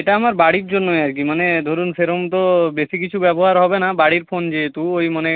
এটা আমার বাড়ির জন্যই আর কি মানে ধরুন সেরকম তো বেশি কিছু ব্যবহার হবে না বাড়ির ফোন যেহেতু ওই মানে